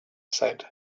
said